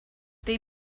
they